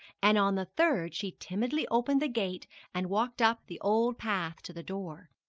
and on the third she timidly opened the gate and walked up the old path to the door.